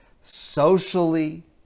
socially